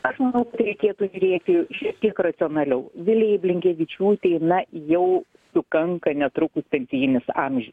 aš manau kad reikėtų žiūrėti šiek tiek racionaliau vilijai blinkevičiūtei na jau sukanka netrukus pensijinis amžius